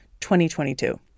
2022